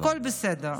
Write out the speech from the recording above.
הכול בסדר,